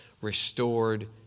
restored